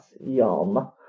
Yum